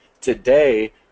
Today